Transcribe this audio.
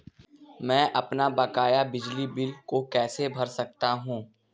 मैं अपने बकाया बिजली बिल को कैसे भर सकता हूँ?